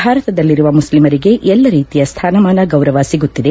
ಭಾರತದಲ್ಲಿರುವ ಮುಸ್ಲಿಮರಿಗೆ ಎಲ್ಲ ರೀತಿಯ ಸ್ವಾನಮಾನ ಗೌರವ ಸಿಗುತ್ತಿದೆ